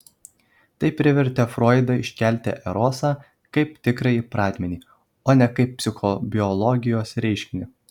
tai privertė froidą iškelti erosą kaip tikrąjį pradmenį o ne kaip psichobiologijos reiškinį